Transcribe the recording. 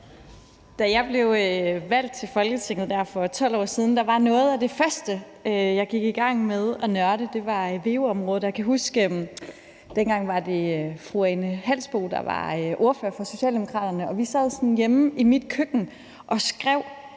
Da jeg blev valgt til Folketinget for 12 år siden, var noget af det første, jeg gik i gang med at nørde, veu-området. Jeg kan huske, at dengang var det fru Ane Halsboe-Jørgensen, der var ordfører for Socialdemokraterne, og vi sad hjemme i mit køkken og skrev